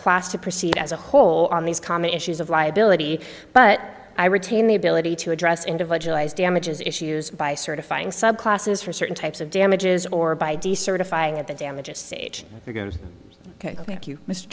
class to proceed as a whole on these common issues of liability but i retain the ability to address individualized damages issues by certifying subclasses for certain types of damages or by decertifying of the damages